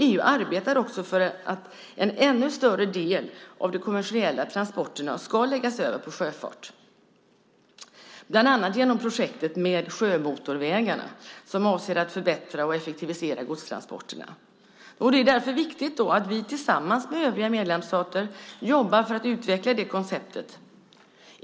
EU arbetar också för att en ännu större del av de kommersiella transporterna ska läggas över på sjöfart, bland annat genom projektet med sjömotorvägarna, som avser att förbättra och effektivisera godstransporterna. Det är därför viktigt att vi tillsammans med övriga medlemsstater jobbar för att utveckla det konceptet.